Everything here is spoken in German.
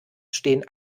stehen